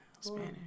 Spanish